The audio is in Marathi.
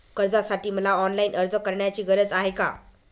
कर्जासाठी मला ऑनलाईन अर्ज करण्याची गरज आहे का?